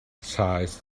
seized